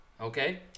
okay